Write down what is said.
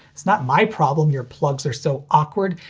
it's not my problem your plugs are so awkward.